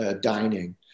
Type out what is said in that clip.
dining